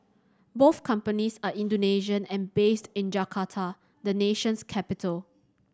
both companies are Indonesian and based in Jakarta the nation's capital